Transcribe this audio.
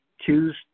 choose